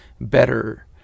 better